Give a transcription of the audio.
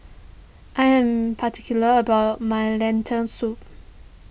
I am particular about my Lentil Soup